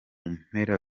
mpera